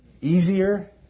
easier